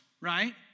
right